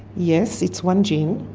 yes, it's one gene.